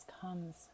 comes